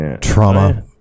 trauma